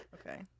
okay